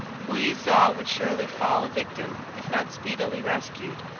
who he saw would surely fall a victim if not speedily rescued,